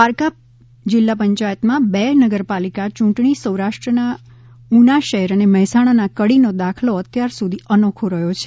દ્વારકા જિલ્લા પંચાયત માં બે નગરપાલિકા ચૂંટણી સૌરાષ્ટ્ર ના ઉના શહેર અને મહેસાણા ના કડી નો દાખલો અત્યાર સુધી અનોખો રહ્યો છે